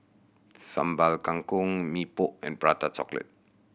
Sambal Kangkong Mee Pok and Prata Chocolate